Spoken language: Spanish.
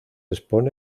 expone